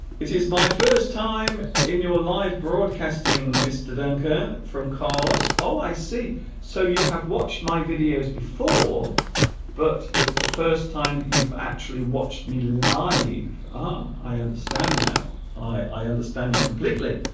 it is my first time in your live broadcasting mr. duncan from carlos oh i see so you have watched my videos before but it's the first time that you've actually watched me live ah i understand now i i understand you completely